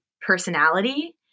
personality